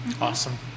Awesome